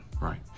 Right